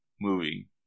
movie